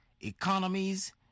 economies